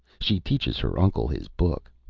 she teaches her uncle his book.